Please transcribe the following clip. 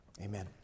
amen